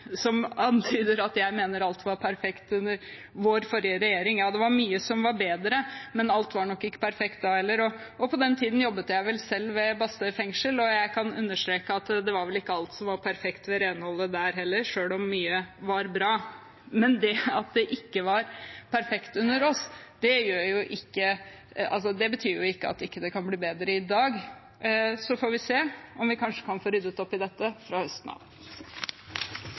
antyder at jeg mener alt var perfekt under vår forrige regjering. Ja, det var mye som var bedre, men alt var nok ikke perfekt da heller. På den tiden jobbet jeg selv ved Bastøy fengsel, og jeg kan understreke at det var vel ikke alt som var perfekt med renholdet der heller, selv om mye var bra. Men det at det ikke var perfekt under oss, betyr jo ikke at det ikke kan bli bedre i dag. Så får vi se om vi kanskje kan få ryddet opp i dette fra høsten av.